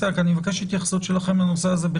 אליה כי אבקש התייחסות שלכם בכתב לנושא הזה: